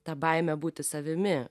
tą baimę būti savimi